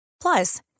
Plus